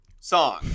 Song